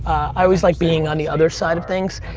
i always like being on the other side of things.